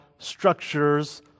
structures